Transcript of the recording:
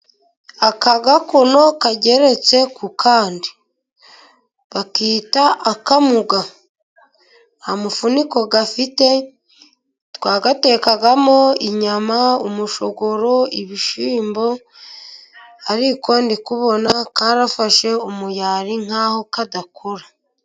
Aka gakono kageretse ku kandi, bakita akamuga. Nta mufuniko gafite, twagatekagamo inyama, umushogoro, ibishyimbo. Ariko ndikubona karafashe umurayi nk'aho kadakora.